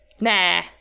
Nah